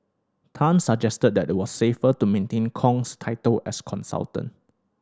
Tan suggested that it was safer to maintain Kong's title as consultant